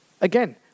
Again